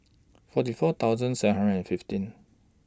forty four thousand seven hundred and fifteen